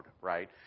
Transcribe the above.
right